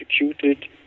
executed